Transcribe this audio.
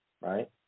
right